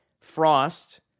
Frost